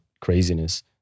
craziness